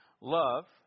Love